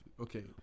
Okay